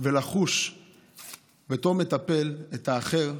ולחוש בתור מטפל את האחר,